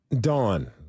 Dawn